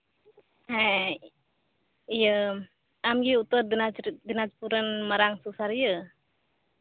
ᱦᱮᱸ ᱤᱭᱟᱹ ᱟᱢᱜᱮ ᱩᱛᱛᱚᱨ ᱫᱤᱱᱟᱡᱽᱯᱩᱨ ᱨᱮᱱ ᱢᱟᱨᱟᱝ ᱥᱩᱥᱟᱹᱨᱤᱭᱟᱹ